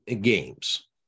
games